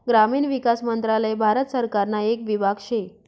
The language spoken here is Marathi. ग्रामीण विकास मंत्रालय भारत सरकारना येक विभाग शे